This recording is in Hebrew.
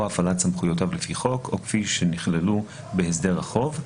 להפעלת סמכויותיו לפי החוק או כפי שנכללו בהסדר החוב.